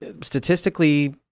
statistically